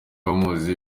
abamuzi